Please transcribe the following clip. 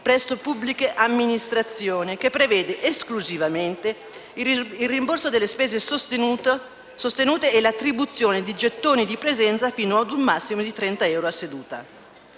presso pubbliche amministrazioni, che prevede esclusivamente il rimborso delle spese sostenute e l'attribuzione di gettoni di presenza fino ad un massimo di 30 euro a seduta.